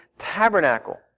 Tabernacle